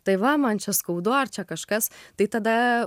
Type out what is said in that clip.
tai va man čia skaudu ar čia kažkas tai tada